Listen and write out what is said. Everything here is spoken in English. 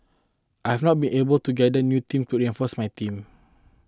I have not been able to gather new team to reinforce my team